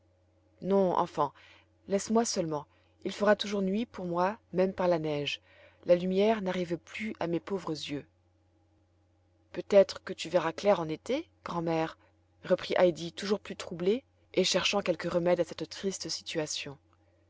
non enfant laisse-moi seulement il fera toujours nuit poux moi même par la neige la lumière n'arrive plus à mes pauvres yeux peut-être que tu verras clair en été grand'mère reprit heidi toujours plus troublée et cherchant quelque remède à cette triste situation